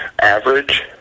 average